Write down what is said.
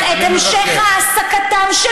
לשרוד כלכלית מבטיח את המשך העסקתם של